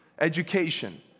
education